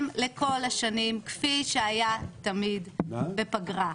בהתאם לכל השנים כפי שהיה תמיד בפגרה,